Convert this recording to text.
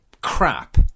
crap